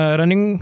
running